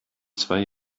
zwei